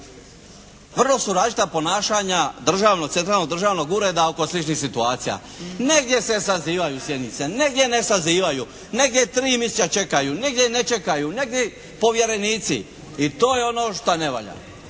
vrlo su različita ponašanja centralnog državnog ureda oko sličnih situacija. Negdje se sazivaju sjednice, negdje ne sazivaju, negdje tri mjeseca čekaju, negdje ne čekaju, negdje povjerenici. I to je ono što ne valjda.